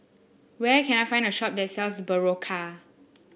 where can I find a shop that sells Berocca